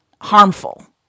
harmful